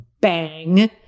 bang